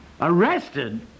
arrested